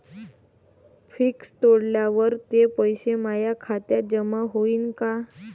Fix तोडल्यावर ते पैसे माया खात्यात जमा होईनं का?